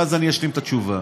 ואז אשלים את התשובה.